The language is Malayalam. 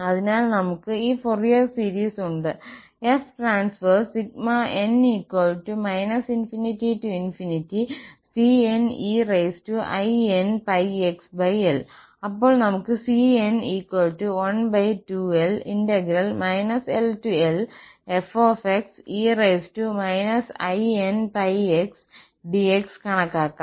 അതിനാൽ നമ്മൾക്ക് ഈ ഫോറിയർ സീരീസ് ഉണ്ട് f ∼n ∞cneinπxl അപ്പോൾ നമുക്ക് cn 12l llfxe inπxldx കണക്കാക്കാം